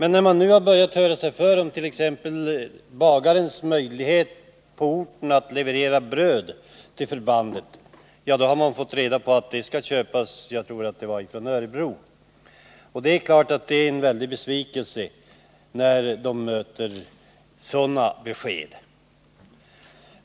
När nu t.ex. bagare på orten har hört sig för om möjligheterna att få leverera bröd till förbandet har det beskedet lämnats att den varan skall köpas från Örebro. Sådana besked skapar självfallet stor besvikelse.